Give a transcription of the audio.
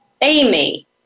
Amy